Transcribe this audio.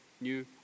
new